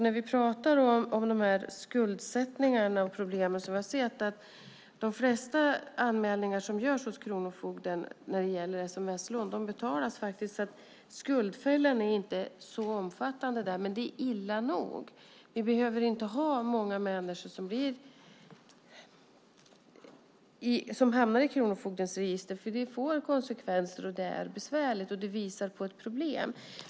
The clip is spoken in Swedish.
När vi talar om denna skuldsättning och de problem som vi har sett kan jag säga att de flesta sms-lån som det görs anmälningar om hos kronofogden faktiskt betalas. Skuldfällan är alltså inte så omfattande där, men det är illa nog. Vi behöver inte ha många människor som hamnar i kronofogdens register eftersom det får konsekvenser, är besvärligt och visar på ett problem.